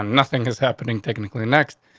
um nothing is happening technically next,